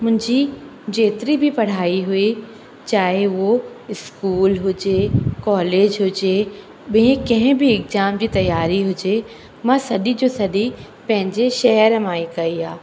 मुंहिंजी जेतिरी बि पढ़ाई हुई चाहे उहो स्कूल हुजे कॉलेज हुजे ॿी कंहिं बि एग्ज़ाम जी तयारी हुजे मां सॼी जो सॼी पंहिंजे शहर मां ई कई आहे